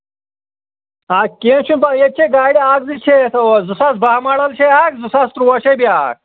آ کیٚنہہ چھُنہٕ پَرواے ییٚتہِ چھے گاڑِ اَکھ زٕ چھے اَسہِ زٕ ساس بَہہ ماڈَل چھے اَکھ زٕ ساس تُرٛواہ چھے بیٛاکھ